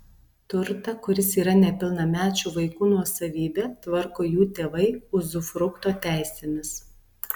turtą kuris yra nepilnamečių vaikų nuosavybė tvarko jų tėvai uzufrukto teisėmis